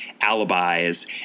alibis